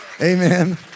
Amen